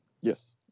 Yes